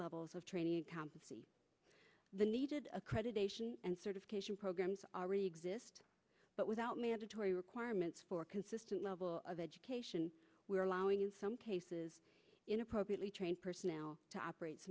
levels of training camp and the needed accreditation and certification programs already exist but without mandatory requirements for a consistent level of education we are allowing in some cases inappropriately trained personnel to operate